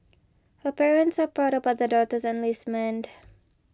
her parents are proud about their daughter's enlistment